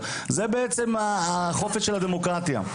שזה בעצם החופש והמהות של הדמוקרטיה,